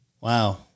Wow